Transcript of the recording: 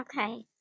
Okay